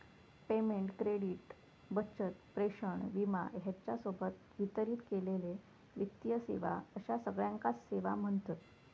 payment, credit, बचत, प्रेषण, विमा ह्येच्या सोबत वितरित केलेले वित्तीय सेवा अश्या सगळ्याकांच सेवा म्ह्णतत